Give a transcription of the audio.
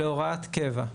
להוראת קבע,